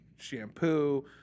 shampoo